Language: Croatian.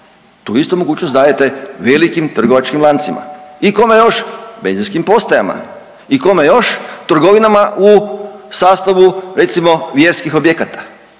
Tu istu mogućnost dajete velikim trgovačkim lancima. I kome još? Benzinskim postajama. I kome još? Trgovinama u sastavu recimo vjerskih objekata,